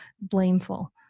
blameful